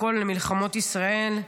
מכל מלחמות ישראל,